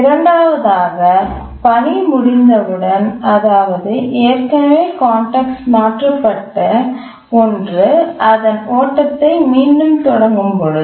இரண்டாவதாக பணி முடித்தவுடன்அதாவது ஏற்கனவே கான்டெக்ஸ்ட் மாற்றப்பட்ட ஒன்று அதன் ஓட்டத்தை மீண்டும் தொடங்கும் பொழுது